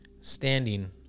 standing